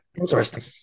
Interesting